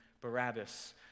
Barabbas